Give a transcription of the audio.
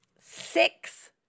six